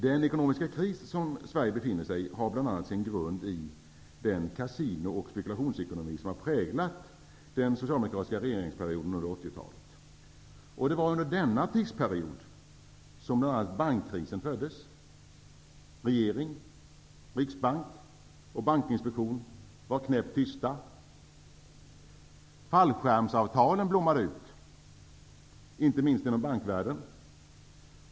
Den ekonomiska kris som Sverige befinner sig i har sin grund i bl.a. den kasino och spekulationsekonomi som har präglat den socialdemokratiska regeringsperioden under 1980 talet. Det var under den perioden som bl.a. bankkrisen föddes. Regering, riksbank och bankinspektion var knäpptysta. Fallskärmsavtalen blommade ut, inte minst inom bankvärlden.